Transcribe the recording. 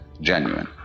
genuine